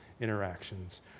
interactions